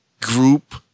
group